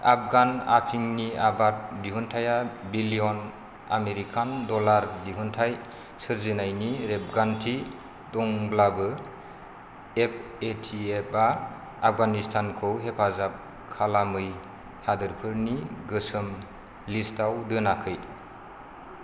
आफगान आफिंनि आबाद दिहुनथाइया बिलियन आमेरिकान डलार दिहुनथाय सोरजिनायनि रेबगान्थि दंब्लाबो एफ ए टि एफ आ आफगानिस्तानखौ हेफाजाब खालामै हादोरफोरनि गोसोम लिस्टआव दोनाखै